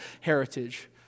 heritage